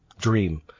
dream